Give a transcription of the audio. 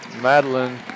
Madeline